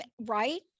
right